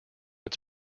its